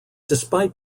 despite